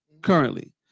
currently